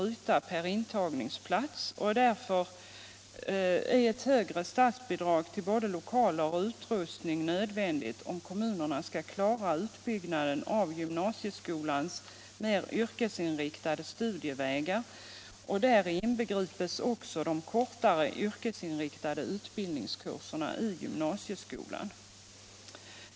yta per intagningsplats, och därför är ett högre statsbidrag till både lokaler och utrustning nödvändigt om kommunerna skall klara utbyggnaden av gymnasieskolans mer yrkesinriktade studievägar, och däri inbegripes också de kortare yrkesinriktade utbildningskurserna i gymnasieskolan.